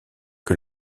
que